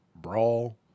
brawl